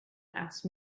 asked